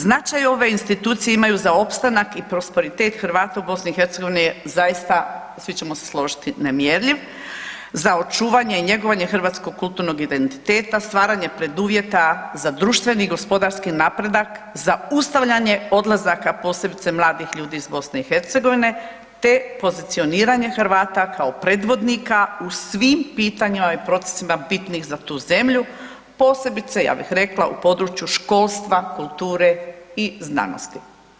Značaj ove institucije imaju za opstanak i prosperitet Hrvata u BiH je zaista svi ćemo se složiti nemjerljiv za očuvanje i njegovanje hrvatskog kulturnog identiteta, stvaranje preduvjeta za društveni i gospodarski napredak, zaustavljanje odlazaka posebice mladih ljudi iz BiH te pozicioniranje Hrvata kao predvodnika u svim pitanjima i procesima bitnim za tu zemlju, posebice ja bih rekla u području školstva, kulture i znanosti.